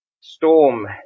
storm